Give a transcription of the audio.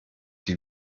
die